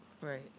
Right